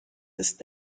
ist